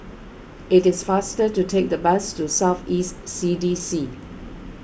it is faster to take the bus to South East C D C